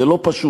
זה לא פשוט.